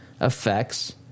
effects